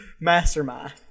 mastermind